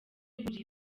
buri